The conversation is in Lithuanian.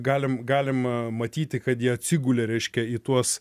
galim galima matyti kad jie atsigulė reiškia į tuos